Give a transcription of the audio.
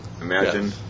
imagine